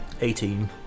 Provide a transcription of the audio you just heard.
eighteen